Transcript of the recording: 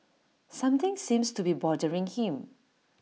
something seems to be bothering him